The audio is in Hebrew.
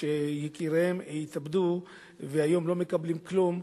שיקיריהן התאבדו והיום לא מקבלים כלום,